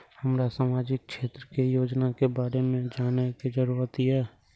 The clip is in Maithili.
हमरा सामाजिक क्षेत्र के योजना के बारे में जानय के जरुरत ये?